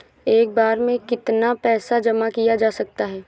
एक बार में कितना पैसा जमा किया जा सकता है?